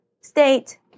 state